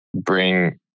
bring